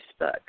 Facebook